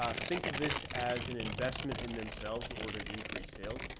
ah think of this as an investment in themselves, in order to increase sales,